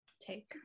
take